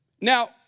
Now